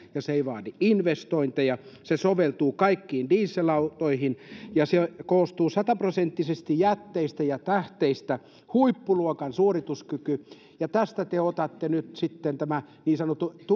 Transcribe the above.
ja se ei vaadi investointeja se soveltuu kaikkiin diesel autoihin ja se koostuu sataprosenttisesti jätteistä ja tähteistä huippuluokan suorituskyky ja tästä te otatte nyt sitten tämän